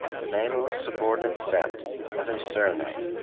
the name of a subordinate sept as a surname,